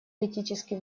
критически